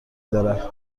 دارد